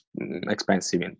expensive